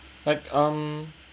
like um